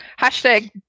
hashtag